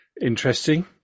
Interesting